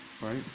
right